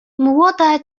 młoda